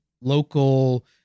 local